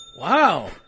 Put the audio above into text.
Wow